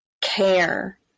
care